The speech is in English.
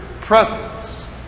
presence